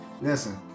listen